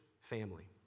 family